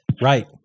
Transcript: Right